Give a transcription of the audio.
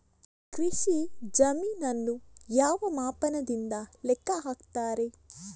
ಕೃಷಿ ಜಮೀನನ್ನು ಯಾವ ಮಾಪನದಿಂದ ಲೆಕ್ಕ ಹಾಕ್ತರೆ?